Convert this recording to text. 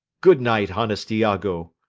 good night, honest iago.